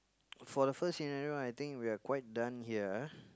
for the first scenario one I think we are quite done here